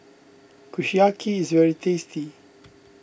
Kushiyaki is very tasty